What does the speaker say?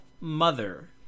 mother